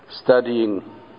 studying